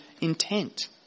intent